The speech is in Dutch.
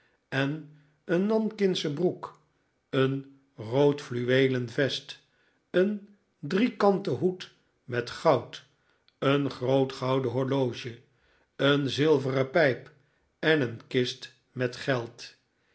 en een nankinsche broek een rood fluweelen vest een driekanten hoed met goud een groot gouden horloge een zilveren pijp en een kist met geld